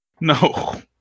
No